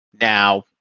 Now